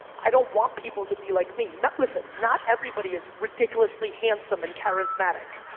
i don't want people to be like me, not listen. not everybody is ridiculously handsome and charismatic,